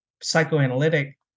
psychoanalytic